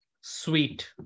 sweet